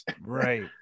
Right